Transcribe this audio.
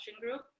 group